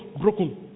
broken